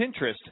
Pinterest